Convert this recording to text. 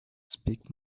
speak